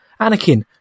Anakin